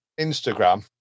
Instagram